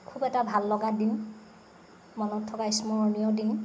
খুব এটা ভাল লগা দিন মনত থকা স্মৰণীয় দিন